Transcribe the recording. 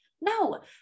No